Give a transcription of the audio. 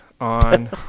on